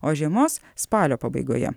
o žiemos spalio pabaigoje